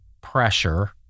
pressure